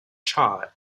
charred